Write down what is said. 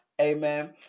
amen